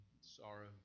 sorrow